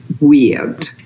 weird